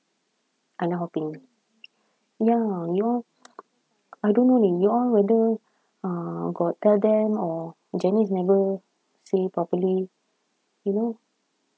island hopping ya you all I don't know leh you all whether uh got tell them or janice never say properly you know